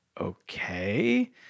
okay